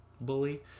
bully